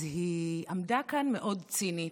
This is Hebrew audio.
אז היא עמדה כאן מאוד צינית,